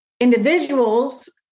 individuals